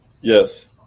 Yes